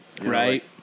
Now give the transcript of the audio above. Right